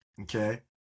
okay